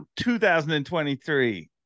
2023